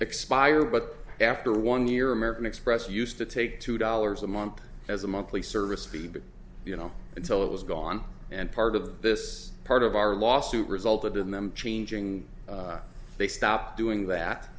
expire but after one year american express used to take two dollars a month as a monthly service fee but you know until it was gone and part of this part of our lawsuit resulted in them changing they stopped doing that